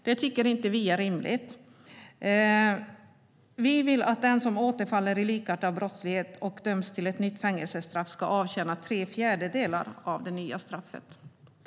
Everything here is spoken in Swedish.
Detta tycker inte vi är rimligt. Vi vill att den som återfaller i likartad brottslighet och döms till ett nytt fängelsestraff ska avtjäna tre fjärdedelar av det nya straffet.